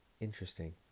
Interesting